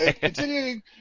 continuing